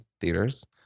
theaters